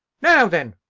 now, then,